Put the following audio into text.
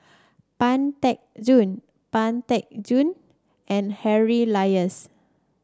Pang Teck Joon Pang Teck Joon and Harry Elias